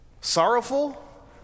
sorrowful